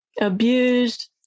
abused